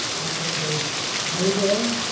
aka may day,